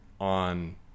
on